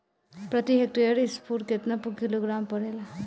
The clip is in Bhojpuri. प्रति हेक्टेयर स्फूर केतना किलोग्राम पड़ेला?